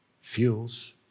fuels